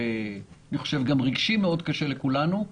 וגם רגשית קשה מאוד לכולנו.